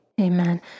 Amen